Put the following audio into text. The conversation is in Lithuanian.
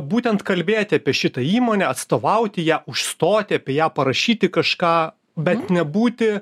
būtent kalbėti apie šitą įmonę atstovauti ją užstoti apie ją parašyti kažką bet nebūti